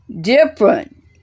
different